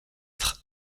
être